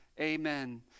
amen